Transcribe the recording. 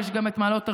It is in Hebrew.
יש גם את מעלות-תרשיחא.